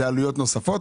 אלה עלויות נוספות?